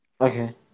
Okay